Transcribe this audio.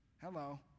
Hello